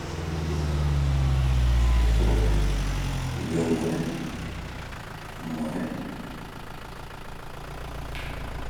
buru, furufuru, wiowɔnmi wɔnmi